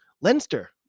Leinster